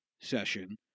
session